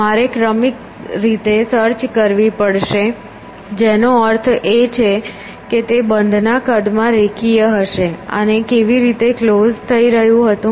મારે ક્રમિક રીતે સર્ચ કરવી પડશે જેનો અર્થ એ કે તે બંધના કદમાં રેખીય હશે અને કેવી રીતે ક્લોઝ રહ્યું હતું